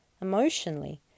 emotionally